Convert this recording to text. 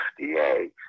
FDA